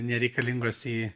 nereikalingos į